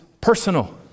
personal